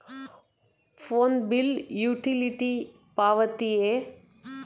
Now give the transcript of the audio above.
Phone bill utility ಪಾವತಿಯೇ?